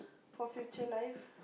for future life